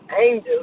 angels